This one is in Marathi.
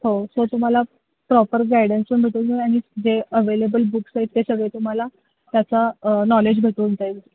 हो सो तुम्हाला प्रॉपर गायडन्स पण भेटून जाईल आणि जे अवेलेबल बुक्स आहेत ते सगळे तुम्हाला त्याचा नॉलेज भेटून जाईल